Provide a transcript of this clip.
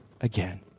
again